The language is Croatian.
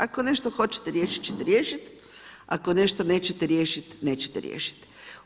Ako nešto hoćete riješit ćete riješit, ako nešto nećete riješit, nećete riješit.